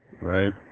Right